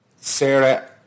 Sarah